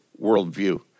worldview